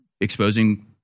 Exposing